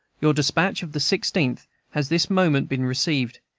your despatch of the sixteenth has this moment been received.